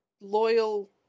loyal